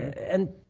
and,